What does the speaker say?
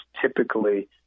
typically